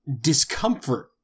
discomfort